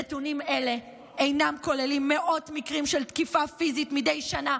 נתונים אלה אינם כוללים מאות מקרים של תקיפה פיזית מדי שנה,